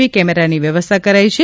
વી કેમેરાની વ્યથવસ્થાથ કરાઈ છે